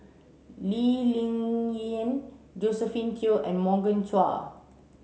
Lee Ling Yen Josephine Teo and Morgan Chua